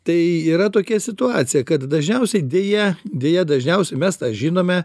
tai yra tokia situacija kad dažniausiai deja deja dažniausiai mes tą žinome